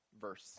verse